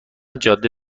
جاده